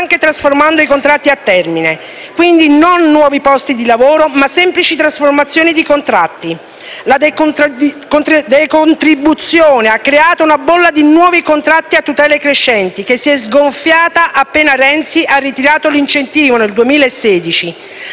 La decontribuzione ha creato una bolla di nuovi contratti a tutele crescenti, che si è sgonfiata appena Renzi ha ritirato l'incentivo (dal 2016).